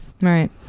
Right